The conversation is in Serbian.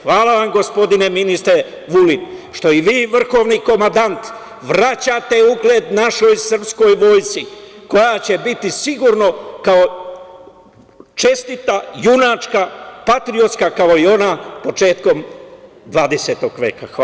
Hvala vam, gospodine ministre Vulin, što i vi i vrhovni komandant vraćate ugled našoj srpskoj vojsci koja će biti sigurno čestita, junačka, patriotska, kao i ona početkom 20. veka.